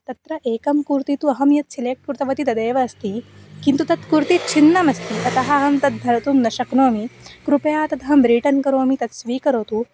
तत्र एकं कुर्ती तु अहं यत् सेलेक्ट् कृतवती तदेव अस्ति किन्तु तत् कुर्ती छिन्नमस्ति अतः अहं तद् धर्तुं न शक्नोमि कृपया तद् अहं रिटन् करोमि तत् स्वीकरोतु